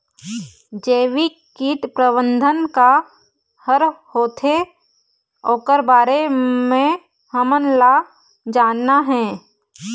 जैविक कीट प्रबंधन का हर होथे ओकर बारे मे हमन ला जानना हे?